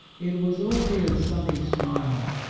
it was only a sunny smile,